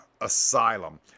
Asylum